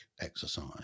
exercise